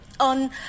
on